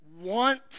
want